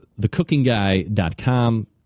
thecookingguy.com